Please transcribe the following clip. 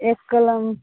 एक कलम